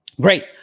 great